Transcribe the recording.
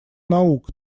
наук